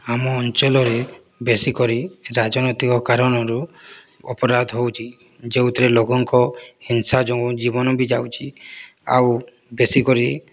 ଆମ ଅଞ୍ଚଳରେ ବେଶିକରି ରାଜନୈତିକ କାରଣରୁ ଅପରାଧ ହେଉଛି ଯେଉଁଥିରେ ଲୋକଙ୍କ ହିଂସା ଯୋଗୁଁ ଜୀବନ ବି ଯାଉଛି ଆଉ ବେଶିକରି